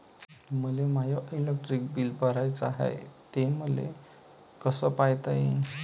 मले माय electric bill भराचं हाय, ते मले कस पायता येईन?